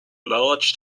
large